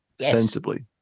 Sensibly